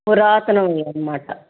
పురాతనం అన్నమాట